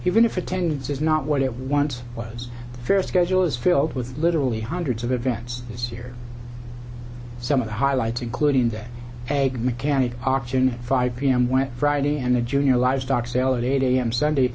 even if attendance is not what it once was fair schedule is filled with literally hundreds of events this year some of the highlights including that egg mechanic option five p m when friday and a junior livestock sale at eight a m sunday